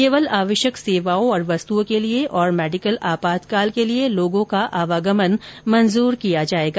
केवल आवश्यक सेवाओं और वस्तुओं के लिए और मेडिकल आपातकाल के लिए लोगों का आवागमन मंजुर किया जाएगा